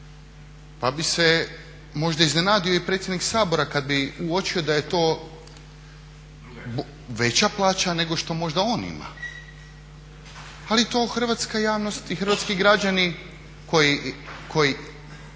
Pa bi se možda iznenadio i predsjednik Sabora kad bi uočio da je to veća plaća nego što možda on ima, ali to hrvatska javnost i hrvatski građani koji